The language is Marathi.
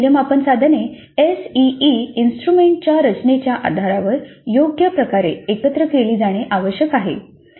आता ही मूल्यमापन साधने एसईई इन्स्ट्रुमेंटच्या रचनेच्या आधारावर योग्य प्रकारे एकत्र केली जाणे आवश्यक आहे